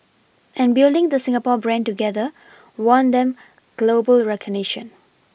and building the Singapore brand together won them global recognition